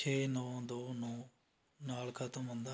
ਛੇ ਨੌਂ ਦੋ ਨੌਂ ਨਾਲ ਖਤਮ ਹੁੰਦਾ ਹੈ